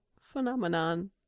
phenomenon